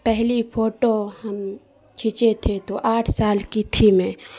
پہلی پھوٹو ہم کھینچے تھے تو آٹھ سال کی تھی میں